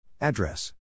Address